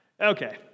Okay